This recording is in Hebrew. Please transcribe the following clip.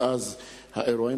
אז ברכת הצלחה.